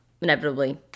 inevitably